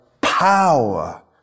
power